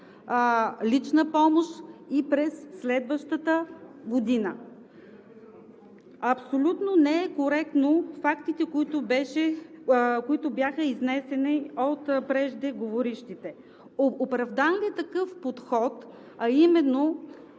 лична помощ и през следващата година. Абсолютно не са коректни фактите, които бяха изнесени от преждеговорившите. Оправдан ли е такъв подход, а именно